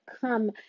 come